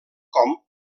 com